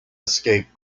escape